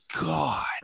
God